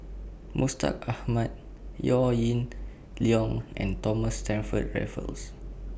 Mustaq Ahmad Yaw Ying Leong and Thomas Stamford Raffles